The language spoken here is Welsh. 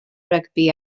rygbi